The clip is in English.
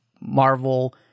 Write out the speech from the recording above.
Marvel